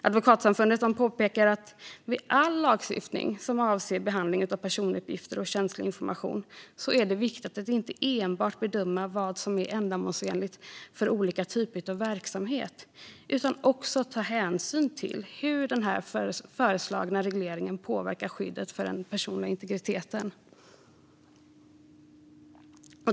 Advokatsamfundet påpekar att vid all lagstiftning som avser behandling av personuppgifter och känslig information är det viktigt att inte enbart bedöma vad som är ändamålsenligt för olika typer av verksamheter utan också ta hänsyn till hur den föreslagna regleringen påverkar skyddet för den personliga integriteten.